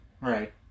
Right